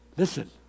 Listen